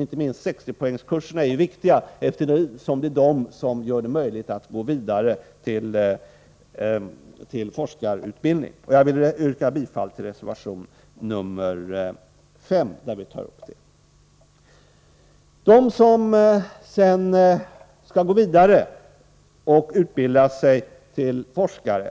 Inte minst 60-poängskurserna är viktiga, eftersom det är de som gör det möjligt att gå vidare till forskarutbildning. Jag yrkar bifall till reservation nr 5, där vi tar upp frågan om examensbenämningen. De som sedan skall gå vidare för att som doktorander utbilda sig till forskare